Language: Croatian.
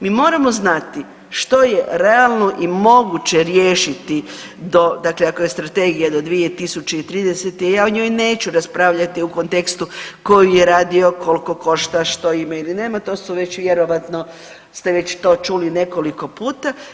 Mi moramo znati što je realno i moguće riješiti do, dakle ako je strategija do 2030., ja o njoj neću raspravljati u kontekstu ko ju je radio, koliko košta, što ima ili nema, to su već, vjerojatno ste već to čuli nekoliko puta.